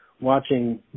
watching